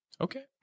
Okay